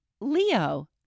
Leo